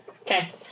Okay